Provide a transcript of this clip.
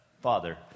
Father